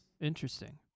interesting